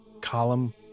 column